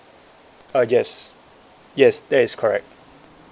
uh yes yes that is correct